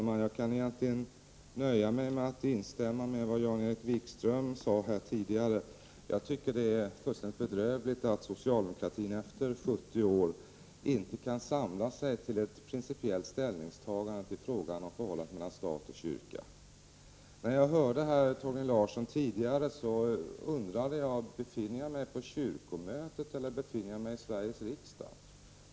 Fru talman! Jag kan nöja mig med att instämma i vad Jan-Erik Wikström sade här tidigare. Jag tycker att det är fullständigt bedrövligt att socialdemokratin efter sjuttio år inte kan samla sig till ett principiellt ställningstagande i frågan om förhållandet mellan stat och kyrka. När jag hörde Torgny Larsson tidigare undrade jag om jag befann mig på kyrkomötet eller i Sveriges riksdag.